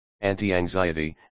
anti-anxiety